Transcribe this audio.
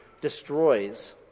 destroys